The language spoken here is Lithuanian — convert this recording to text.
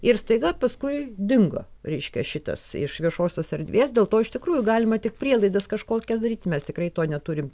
ir staiga paskui dingo reiškia šitas iš viešosios erdvės dėl to iš tikrųjų galima tik prielaidas kažkokias daryt mes tikrai to neturim